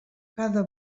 cada